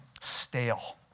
stale